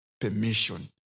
permission